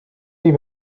die